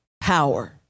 power